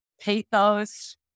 pathos